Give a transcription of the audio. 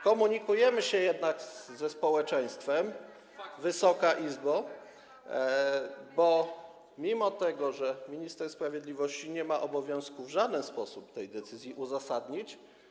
Komunikujemy się jednak ze społeczeństwem, Wysoka Izbo, bo mimo że minister sprawiedliwości nie ma obowiązku w żaden sposób tej decyzji uzasadnić.